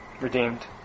redeemed